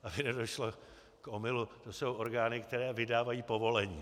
Aby nedošlo k omylu, to jsou orgány, které vydávají povolení.